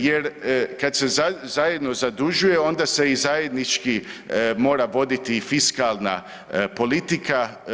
Jer kad zajedno zadužuju onda se i zajednički mora voditi i fiskalna politika.